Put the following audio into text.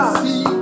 see